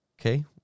Okay